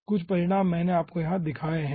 कुछ परिणाम मैंने आपको यहाँ दिखाए हैं